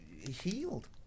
healed